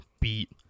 beat